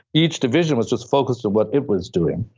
each division was just focused on what it was doing.